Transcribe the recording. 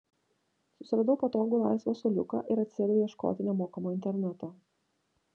susiradau patogų laisvą suoliuką ir atsisėdau ieškoti nemokamo interneto